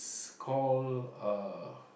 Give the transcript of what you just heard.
call